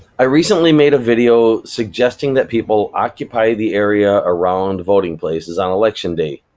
i recently made a video suggesting that people occupy the area around voting places on election day,